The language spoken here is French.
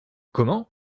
comment